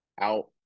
out